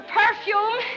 perfume